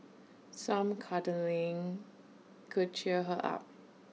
some cuddling could cheer her up